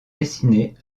dessinée